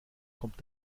kommt